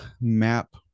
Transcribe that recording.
map